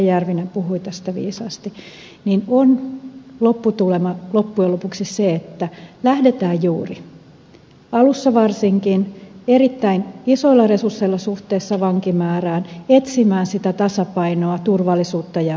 järvinen puhui tästä viisaasti niin on lopputulema loppujen lopuksi se että lähdetään juuri alussa varsinkin erittäin isoilla resursseilla suhteessa vankimäärään etsimään sitä tasapainoa turvallisuutta ja oikeutta